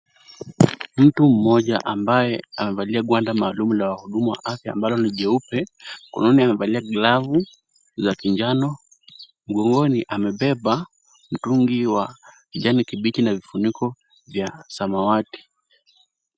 Mtu mmoja ambaye amevalia gwanda maalumu la wahudumu wa afya ambalo ni jeupe , mkononi amevalia glavu la kinjano, mgongoni amebeba mtungi wa kijani kibichi na vifuniko vya samawati .